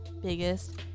biggest